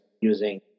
using